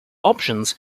options